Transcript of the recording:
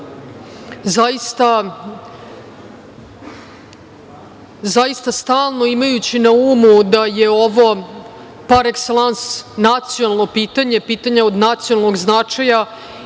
zaista stalno imajući na umu da je ovo parekselans nacionalno pitanje, pitanje od nacionalnog značaja.I